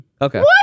Okay